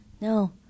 No